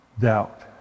doubt